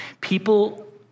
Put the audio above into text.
People